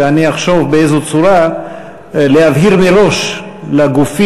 ואני אחשוב באיזו צורה להבהיר מראש לגופים